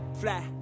fly